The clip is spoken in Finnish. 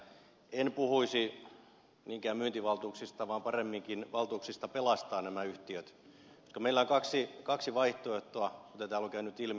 en puhuisi niinkään myyntivaltuuksista vaan paremminkin valtuuksista pelastaa nämä yhtiöt koska meillä on kaksi vaihtoehtoa kuten täällä on käynyt ilmi